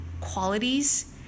qualities